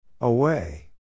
Away